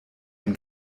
ein